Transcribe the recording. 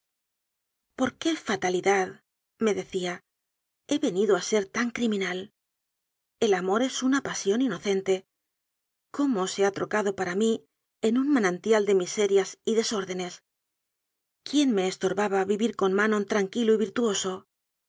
por qué fatalidadme decíahe veni do a ser tan criminal el amor es una pasión ino cente cómo se ha trocado para mí en un manan tial de miserias y desórdenes quién me estor baba vivir con manon tranquilo y virtuoso